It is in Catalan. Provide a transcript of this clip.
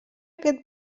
aquest